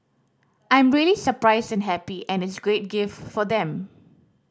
I'm really surprised and happy and it's a great gift for them